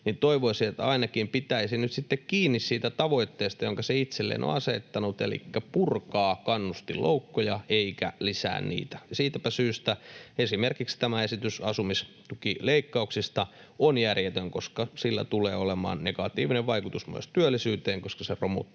toivoisin, että se ainakin pitäisi nyt sitten kiinni siitä tavoitteesta, jonka se itselleen on asettanut, elikkä purkaisi kannustinloukkuja eikä lisäisi niitä. Siitäpä syystä esimerkiksi tämä esitys asumistukileikkauksista on järjetön, koska sillä tulee olemaan negatiivinen vaikutus myös työllisyyteen, koska se romuttaa